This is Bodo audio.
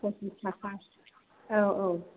फसिस थाखा औ औ